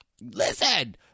listen